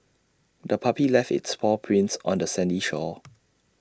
the puppy left its paw prints on the sandy shore